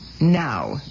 now